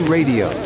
Radio